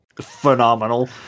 phenomenal